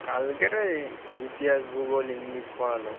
কালকেরে ইতিহাস ভূগোল ইংলিশ পড়ালো